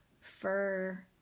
fur